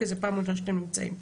כי זו פעם ראשונה שאתם נמצאים פה.